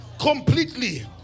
Completely